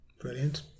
Brilliant